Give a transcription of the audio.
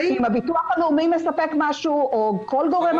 אם הביטוח הלאומי מספק משהו או כל גורם אחר,